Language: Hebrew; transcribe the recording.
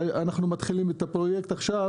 אנחנו מתחילים את הפרויקט עכשיו,